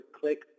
Click